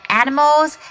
animals